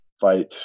fight